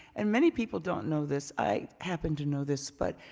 and many people don't know this, i happen to know this but,